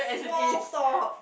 small talk